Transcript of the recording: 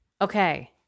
Okay